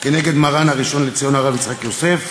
כנגד מרן הראשון לציון הרב יצחק יוסף,